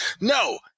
No